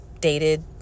dated